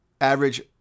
Average